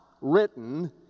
written